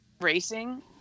racing